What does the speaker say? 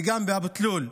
וגם באבו תלול שלשום.